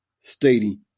stating